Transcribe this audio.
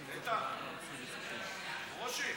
ברושי,